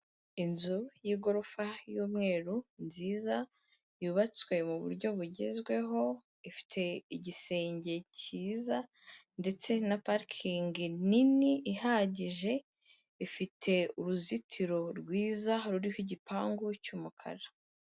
Inzu y'igorofa y’umweru nziza, yubatswe mu buryo bugezweho, ifite igisenge cyiza ndetse na parikingi nini ihagije, ifite uruzitiro rwiza ruriho igipangu cy’umukara.